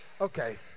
Okay